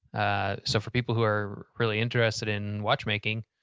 ah so for people who are really interested in watchmaking,